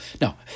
now